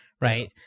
right